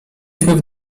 znów